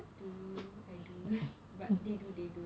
do I do but they do they do